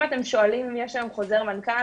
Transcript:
אם אתם שואלים אם יש היום חוזר מנכ"ל,